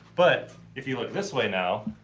but, if you look this way now,